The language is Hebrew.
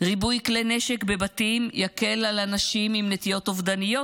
ריבוי כלי נשק בבתים יקל על אנשים עם נטיות אובדניות,